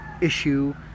issue